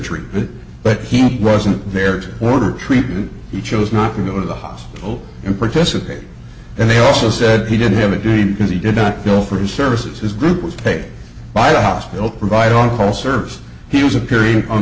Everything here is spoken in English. treatment but he wasn't there to order treatment he chose not to go to the hospital and participate and they also said he did have a dream because he did not kill for his services his group was paid by the hospital to provide on call service he was appearing on